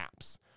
apps